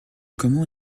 comment